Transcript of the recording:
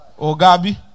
Ogabi